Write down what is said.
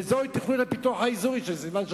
וזאת תוכנית הפיתוח האזורי של סילבן שלום,